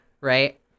right